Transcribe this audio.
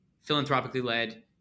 philanthropically-led